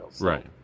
Right